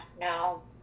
no